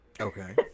Okay